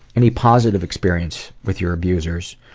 any positive experiences with your abusers?